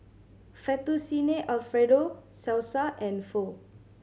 Fettuccine Alfredo Salsa and Pho